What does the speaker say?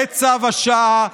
זה צו השעה,